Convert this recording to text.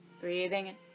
Breathing